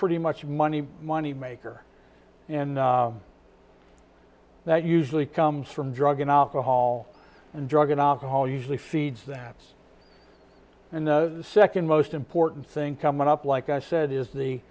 pretty much money money maker and that usually comes from drug and alcohol and drug and alcohol usually feeds that and the second most important thing coming up like i said is the